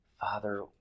Father